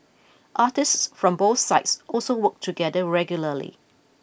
artists from both sides also work together regularly